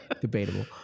Debatable